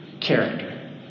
character